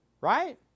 Right